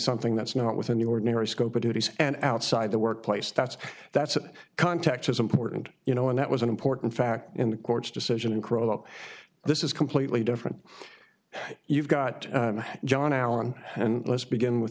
something that's not within the ordinary scope of duties and outside the workplace that's that's that context is important you know and that was an important factor in the court's decision and grow up this is completely different you've got john allen and let's begin with